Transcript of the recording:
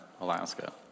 Alaska